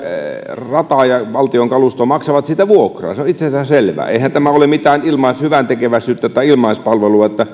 rataa ja valtion kalustoa maksavat siitä vuokraa se on itsestäänselvää eihän tämä ole mitään hyväntekeväisyyttä tai ilmaispalvelua